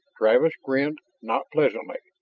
travis grinned, not pleasantly.